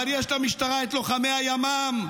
אבל יש למשטרה את לוחמי הימ"מ,